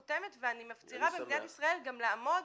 אני הייתי חותמת ואני מפצירה במדינת ישראל גם לעמוד